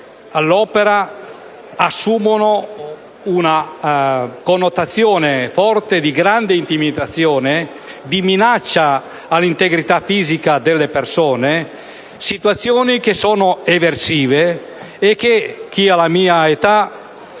all'opera, assumono una connotazione forte di grande intimidazione, di minaccia all'integrità fisica delle persone: si tratta di situazioni eversive, e chi ha la mia età